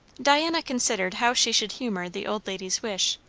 diana considered how she should humour the old lady's wish.